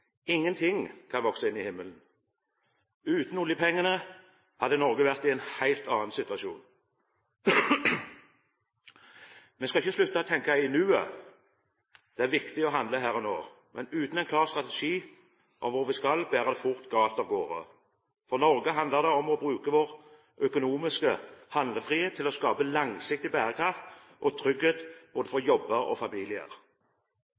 Ingenting kan vokse inn i himmelen. Uten oljepengene hadde Norge vært i en helt annen situasjon. Vi skal ikke slutte å tenke i nuet – det er viktig å handle her og nå – men uten en klar strategi for hvor vi skal, bærer det fort galt av sted. For Norge handler det om å bruke vår økonomiske handlefrihet til å skape langsiktig bærekraft og trygghet for både